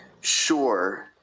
Sure